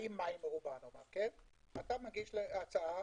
אתה מגיש הצעה,